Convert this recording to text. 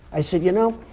i said, you know,